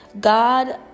God